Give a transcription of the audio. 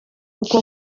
uko